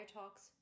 Talks